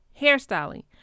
hairstyling